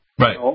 Right